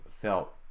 felt